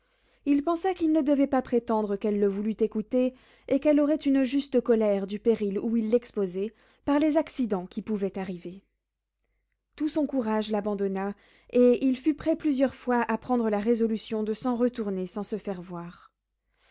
il pensa qu'il ne devait pas prétendre qu'elle le voulût écouter et qu'elle aurait une juste colère du péril où il l'exposait par les accidents qui pouvaient arriver tout son courage l'abandonna et il fut prêt plusieurs fois à prendre la résolution de s'en retourner sans se faire voir